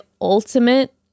ultimate